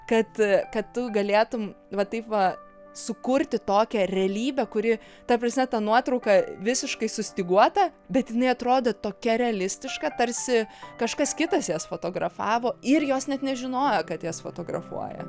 kad kad tu galėtum va taip va sukurti tokią realybę kuri ta prasme ta nuotrauka visiškai sustyguota bet jinai atrodė tokia realistiška tarsi kažkas kitas jas fotografavo ir jos net nežinojo kad jas fotografuoja